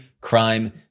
crime